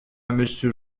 monsieur